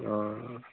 অঁ